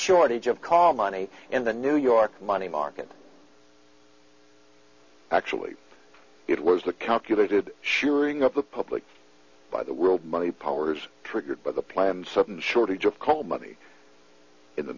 shortage of car money in the new york money market actually it was the calculated suring of the public by the world money powers triggered by the plans of the shortage of cold money in the